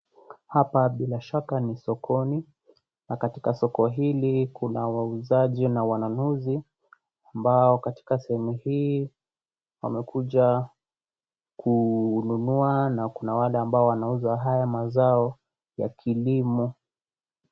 Hapa bila shaka ni sokoni na katika soko hili kuna wauzaji na wanunuzi ambao katika sehemu hii wamekuja kununua na kuna wale ambao wanauza haya mazao ya kilimo.